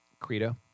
Credo